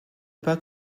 pas